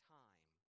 time